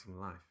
life